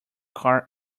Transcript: car